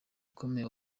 ukomeye